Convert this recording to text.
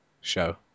show